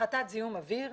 הפחתת זיהום אוויר,